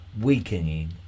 weakening